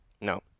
no